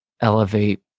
elevate